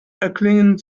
erklingen